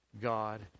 God